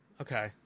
Okay